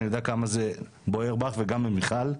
אני יודע כמה זה בוער בך וגם למיכל,